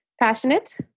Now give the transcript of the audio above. Passionate